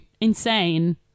insane